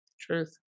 Truth